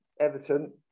Everton